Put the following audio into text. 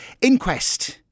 inquest